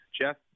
Jeff